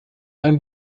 ein